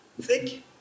thick